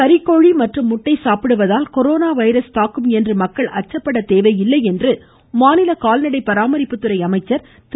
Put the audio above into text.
கறிக்கோழி மற்றும் முட்டை சாப்பிடுவதால் கொரோனா வைரஸ் தாக்கும் என்று மக்கள் அச்சப்பட தேவையில்லை என்று மாநில கால்நடை பராமரிப்புத்துறை அமைச்சர் திரு